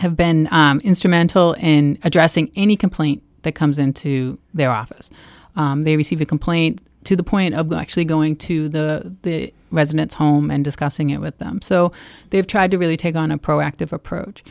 have been instrumental in addressing any complaint that comes into their office they receive a complaint to the point of actually going to the residence home and discussing it with them so they've tried to really take on a proactive approach